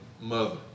mother